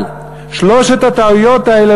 אבל שלוש הטעויות האלה,